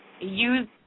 use